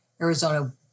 Arizona